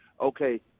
Okay